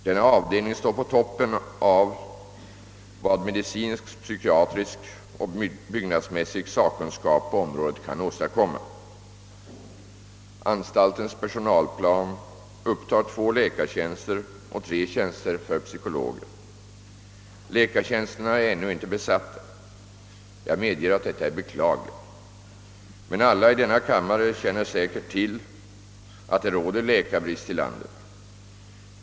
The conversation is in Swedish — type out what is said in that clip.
Denna avdelning står på toppen av vad medicinsk-psykiatrisk och byggnadsmässig sakkunskap på området kan åstadkomma. Anstaltens personalplan upptar två läkartjänster och tre tjänster för psykologer. Läkartjänsterna är ännu inte besatta. Jag medger att detta är beklagligt. Men alla i denna kammare känner säkert till att det råder läkarbrist i landet.